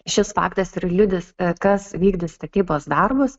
šis faktas ir liudys kas vykdys statybos darbus